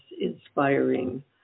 inspiring